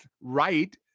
right